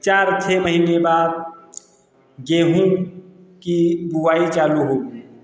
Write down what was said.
चार छः महीने बाद गेंहू की बुआई चालू होगी